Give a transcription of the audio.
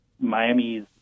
Miami's